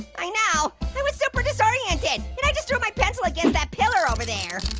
i know, i was super disoriented. and i just threw my pencil against that pillar over there.